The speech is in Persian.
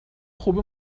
خوبه